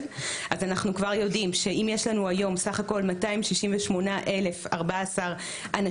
אז אנחנו כבר יודעים שאם יש לנו היום סך הכול 268,014 אנשים